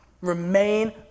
remain